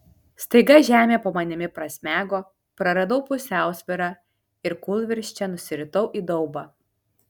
staiga žemė po manimi prasmego praradau pusiausvyrą ir kūlvirsčia nusiritau į daubą